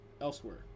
elsewhere